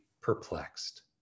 perplexed